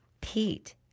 Pete